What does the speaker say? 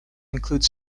include